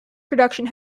production